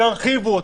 שירחיבו אותו,